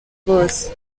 bose